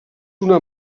una